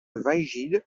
wajid